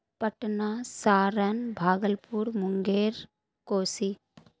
Patna Saran Bhagalpur Munger Kosi